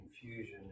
confusion